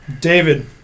david